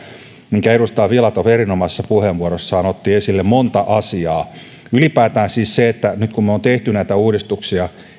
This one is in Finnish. minkä edustaja filatov erinomaisessa puheenvuorossaan missä oli monta asiaa otti esille ylipäätään siis nyt kun me olemme tehneet näitä uudistuksia